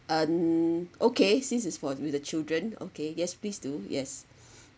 um okay since it's for with the children okay yes please do yes